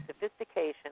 sophistication